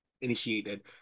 initiated